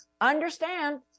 understand